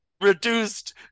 reduced